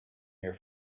here